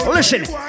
Listen